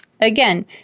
Again